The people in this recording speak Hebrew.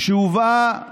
כשהובאו